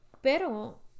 pero